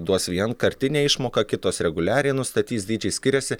duos vienkartinę išmoką kitos reguliariai nustatys dydžiai skiriasi